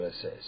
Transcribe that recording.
says